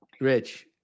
Rich